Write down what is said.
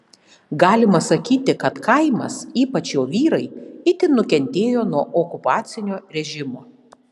galima sakyti kad kaimas ypač jo vyrai itin nukentėjo nuo okupacinio režimo